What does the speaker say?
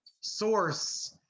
source